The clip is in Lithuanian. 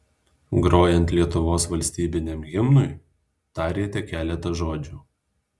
grojant lietuvos valstybiniam himnui tarėte keletą žodžių